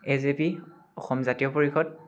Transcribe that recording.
এ J P Asom Jatiya পৰিষদ